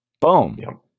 boom